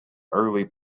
early